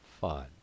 fun